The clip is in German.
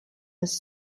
ist